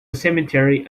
cemetery